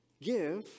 give